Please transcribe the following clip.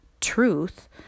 truth